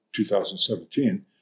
2017